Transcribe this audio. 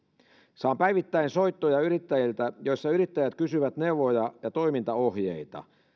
saan päivittäin yrittäjiltä soittoja joissa yrittäjät kysyvät neuvoja ja toimintaohjeita